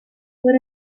what